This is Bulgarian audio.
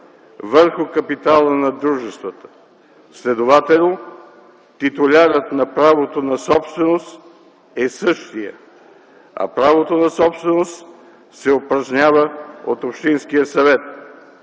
върху капитала на дружествата, следователно титулярът на правото на собственост е същият, а правото на собственост се упражнява от общинския съвет.